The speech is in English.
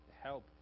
help